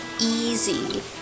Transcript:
easy